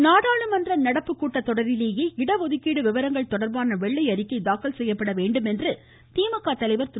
ஸ்டாலின் நாடாளுமன்ற நடப்பு கூட்டத்தொடரில் இடஒதுக்கீடு விவரங்கள் தொடர்பான வெள்ளை அறிக்கை தாக்கல் செய்யப்பட வேண்டும் என்று திமுக தலைவா் திரு